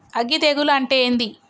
అగ్గి తెగులు అంటే ఏంది?